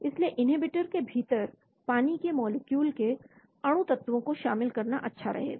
इसलिए इन्हींबीटर के भीतर पानी के मॉलिक्यूल के अणुतत्वों को शामिल करना अच्छा रहेगा